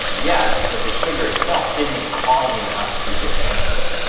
yes, but the sugar itself isn't causing us to get cancer.